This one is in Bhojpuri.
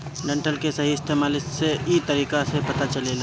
डंठल के सही इस्तेमाल इ तरीका से पता चलेला